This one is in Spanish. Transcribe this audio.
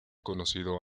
conocido